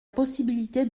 possibilité